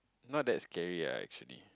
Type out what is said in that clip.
not that scary ah actually